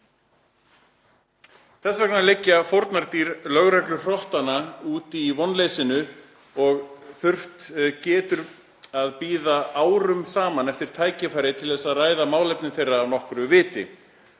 Þessvegna liggja fórnardýr lögregluhrottanna útí vonleysinu og þurft getur að bíða árum saman eftir tækifæri til að ræða málefni þeirra af nokkru viti.